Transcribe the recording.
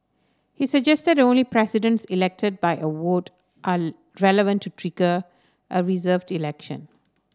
he suggested that only presidents elected by a would are relevant to trigger a reserved election